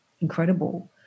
incredible